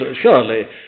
surely